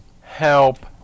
help